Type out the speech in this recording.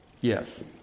yes